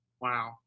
Wow